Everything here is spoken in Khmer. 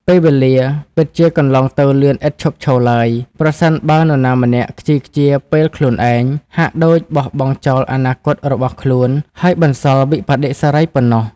ពេលវេលា ពិតជាកន្លងទៅលឿនឥតឈប់ឈរឡើយ ប្រសិនបើនរណាម្នាក់ខ្ជីខ្ជាពេលខ្លួនឯង ហាក់ដូចបោះបង់ចោលអនាគតរបស់ខ្លួន ហើយបន្សល់វិប្បដិសារីប៉ុណ្ណោះ។